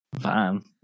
fine